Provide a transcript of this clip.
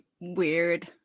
weird